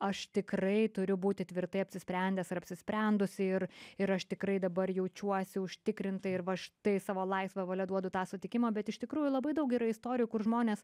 aš tikrai turiu būti tvirtai apsisprendęs ar apsisprendusi ir ir aš tikrai dabar jaučiuosi užtikrintai ir va štai savo laisva valia duodu tą sutikimą bet iš tikrųjų labai daug yra istorijų kur žmonės